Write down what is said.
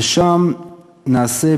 ושם נעשה,